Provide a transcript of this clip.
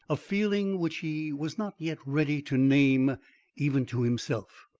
a feeling which he was not yet ready to name even to himself,